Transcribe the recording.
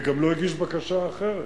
וגם לא הגיש בקשה אחרת,